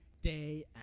day